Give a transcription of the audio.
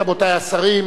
רבותי השרים,